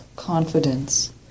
confidence